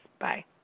Bye